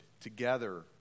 together